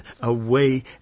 away